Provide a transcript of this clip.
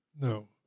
No